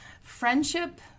friendship